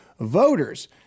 voters